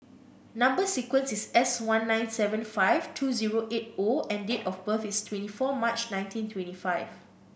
number sequence is S one nine seven five two zero eight O and date of birth is twenty four March nineteen twenty five